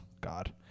God